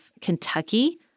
Kentucky